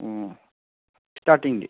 ꯑꯣ ꯁ꯭ꯇꯥꯔꯇꯤꯡꯗꯤ